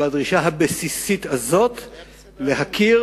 בדרישה הבסיסית הזאת להכיר,